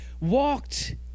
walked